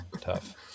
Tough